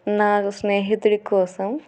నా స్నేహితుడి కోసం